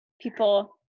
people